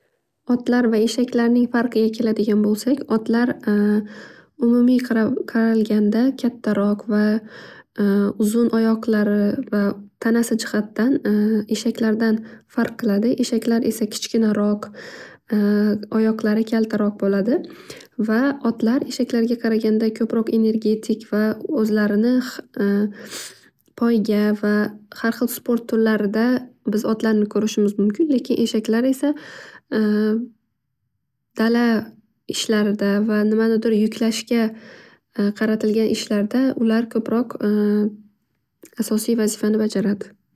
Otlar va eshaklarning farqiga keladigan bo'lsak otlar umumiy qaralganda kattaroq va uzun oyoqlari va tanasi jihatdan eshaklardan farq qiladi. Eshaklar esa kichkinaroq oyoqlari kaltaroq bo'ladi. Va otlar eshaklarga qaraganda ko'proq energetik va o'zlarini poyga va har xil sport turlarida biz otlarni ko'rishimiz mumkin lekin eshaklar esa dala ishlarida va nimanidir yuklashga qaratilgan ishlarda ular ko'proq asosiy vazifani bajaradi.